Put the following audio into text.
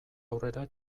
aurrera